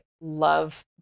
love